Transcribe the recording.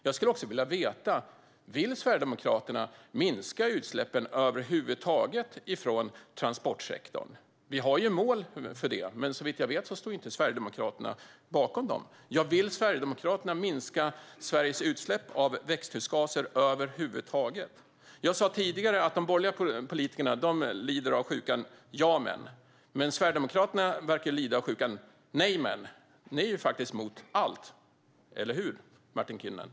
Jag skulle också vilja veta: Vill Sverigedemokraterna över huvud taget minska utsläppen från transportsektorn? Vi har mål för det, men såvitt jag vet står inte Sverigedemokraterna bakom dem. Vill Sverigedemokraterna minska Sveriges utsläpp av växthusgaser över huvud taget? Jag sa tidigare att de borgerliga politikerna lider av sjukan "ja, men". Men Sverigedemokraterna verkar lida av sjukan "nej, men". Ni är faktiskt emot allt - eller hur, Martin Kinnunen?